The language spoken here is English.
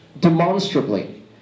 demonstrably